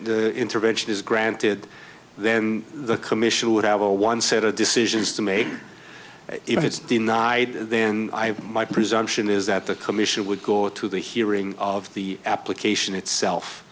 the intervention is granted then the commission would have a one set of decisions to make it is denied then i have my presumption is that the commission would go to the hearing of the application itself